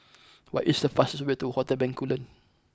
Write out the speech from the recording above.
what is the fastest way to Hotel Bencoolen